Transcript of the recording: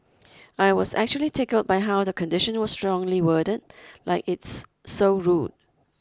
I was actually tickled by how the condition was strongly worded like it's so rude